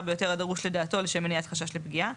ביותר הדרוש לדעתו לשם מניעת חשש לפגיעה,